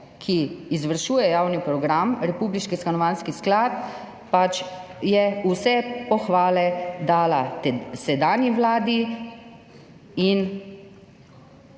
ki izvršuje javni program, republiški stanovanjski sklad, so vse pohvale dali sedanji vladi in